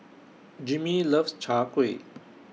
Jimmie loves Chai Kuih